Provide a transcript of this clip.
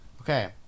Okay